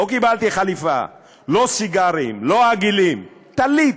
לא קיבלתי חליפה, לא סיגרים, לא עגילים, טלית,